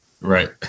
Right